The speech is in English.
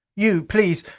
you please,